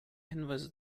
hinweise